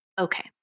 Okay